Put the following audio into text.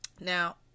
Now